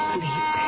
Sleep